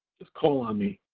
just call on me,